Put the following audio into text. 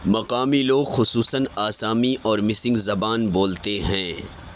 مقامی لوگ خصوصاََ آسامی اور مسنگ زبان بولتے ہیں